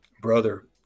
brother